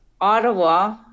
Ottawa